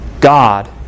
God